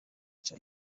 ica